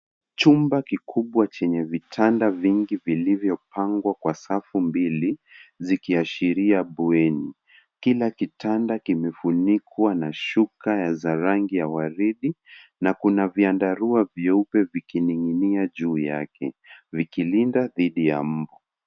Chumba kikubwa chenye vitanda vingi vilivyopangwa kwa safu mbili, zikiashiria bweni. Kila kitanda kimefunikwa na shuka za rangi ya waridi na kuna vyandarua vyeupe vikininginia juu yake, vikilinda dhidi ya mbu.